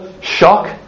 shock